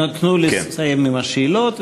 תנו לסיים עם השאלות,